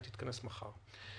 היא תתכנס מחר,